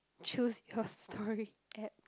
choose your story at